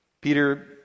Peter